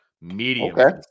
Medium